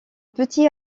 petit